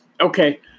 Okay